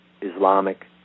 Islamic